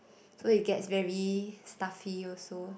so it gets very stuffy also